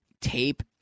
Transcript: tape